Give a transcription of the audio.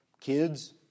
kids